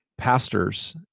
Pastors